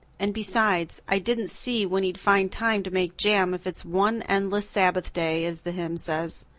and besides, i didn't see when he'd find time to make jam if it's one endless sabbath day, as the hymn says.